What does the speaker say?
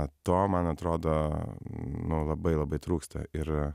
vat to man atrodo nu labai labai trūksta ir